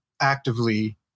actively